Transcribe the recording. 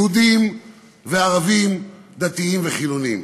יהודים וערבים, דתיים וחילונים.